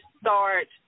start